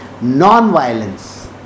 non-violence